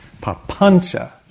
Papancha